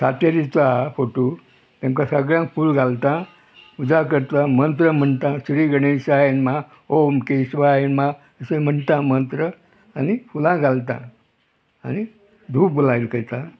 सातेरीचो आहा फोटू तांकां सगळ्यांक फूल घालता पुजा करता मंत्र म्हणटा श्री गणेशाय यनमहा ओम केशवाय नमहा म्हणटा मंत्र आनी फुलां घालता आनी धूप बुलायल कयता